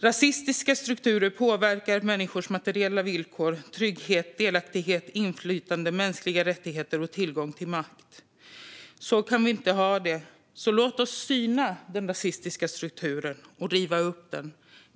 Rasistiska strukturer påverkar människors materiella villkor, trygghet, delaktighet, inflytande, mänskliga rättigheter och tillgång till makt. Så kan vi inte ha det, så låt oss syna den rasistiska strukturen och riva upp den.